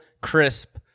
crisp